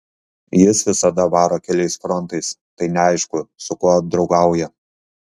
jis visada varo keliais frontais tai neaišku su kuo draugauja